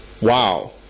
Wow